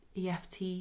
EFT